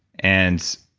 and,